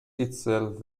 itself